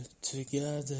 together